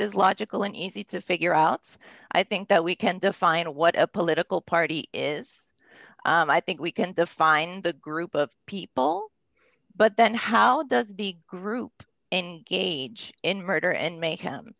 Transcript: is logical and easy to figure out so i think that we can define what a political party is i think we can define the group of people but then how does the group engage in murder and ma